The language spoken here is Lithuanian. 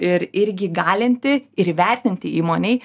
ir irgi įgalinti ir įvertinti įmonei